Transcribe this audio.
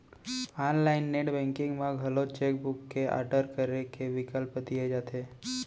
online net banking म घलौ cheque book के आडर करे के बिकल्प दिये रथे